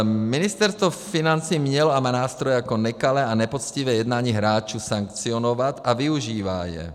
Ministerstvo financí mělo a má nástroje, jak nekalé a nepoctivé jednání hráčů sankcionovat, a využívá je.